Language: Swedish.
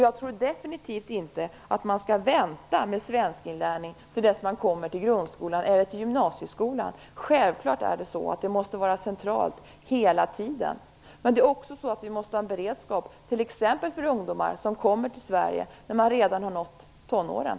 Jag tror definitivt inte att man skall vänta med svenskinlärning tills barnen/ungdomarna kommer till grundskolan eller gymnasieskolan. Självklart måste detta vara centralt hela tiden. Vi måste också ha en beredskap t.ex. för ungdomar som kommer till Sverige och som redan har nått tonåren.